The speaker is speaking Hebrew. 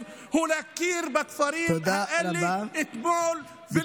הוא להכיר בכפרים האלה אתמול ולא היום.